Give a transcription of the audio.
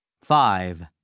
Five